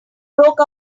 broke